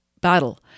battle